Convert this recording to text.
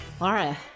Laura